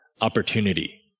opportunity